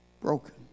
Broken